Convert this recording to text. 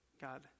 God